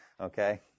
okay